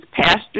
Pastor